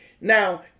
Now